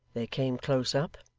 they came close up,